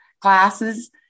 classes